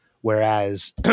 Whereas